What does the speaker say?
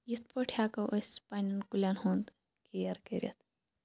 یِتھ پٲٹھۍ ہیٚکو أسۍ پَننٮ۪ن کُلٮ۪ن ہُنٛد کیر کٔرِتھ